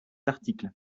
article